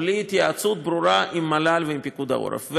בלי התייעצות ברורה עם מל"ל ועם פיקוד העורף.